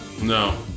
No